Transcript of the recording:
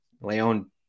Leon